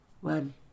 One